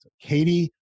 Katie